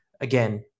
again